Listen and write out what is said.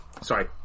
Sorry